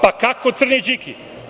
Pa, kako, crni Điki?